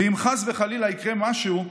ואם חס וחלילה יקרה משהו,